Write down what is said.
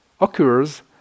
occurs